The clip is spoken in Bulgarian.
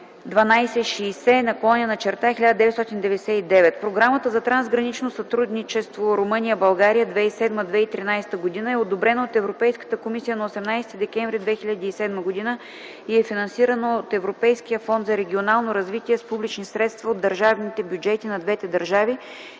1260/1999. Програмата за трансгранично сътрудничество Румъния – България 2007-2013 г. е одобрена от Европейската комисия на 18 декември 2007 г. и е финансирана от Европейския фонд за регионално развитие с публични средства от държавните бюджети на двете държави